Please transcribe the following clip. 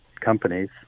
companies